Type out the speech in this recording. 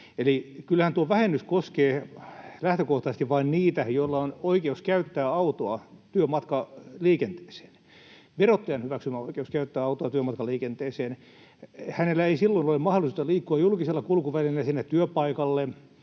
Eli kyllähän tuo vähennys koskee lähtökohtaisesti vain niitä, joilla on oikeus käyttää autoa työmatkaliikenteeseen, verottajan hyväksymä oikeus käyttää autoa työmatkaliikenteeseen. Hänellä ei silloin ole mahdollista liikkua julkisella kulkuvälineellä sinne työpaikalle.